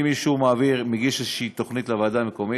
אם מישהו מגיש איזו תוכנית לוועדה המקומית,